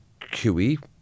QE